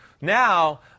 now